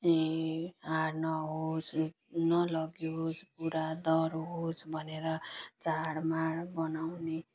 हार नहोस् नलगिदियोस् पुरा दह्रो होस् भनेर चाडबाड मनाउने